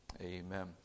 Amen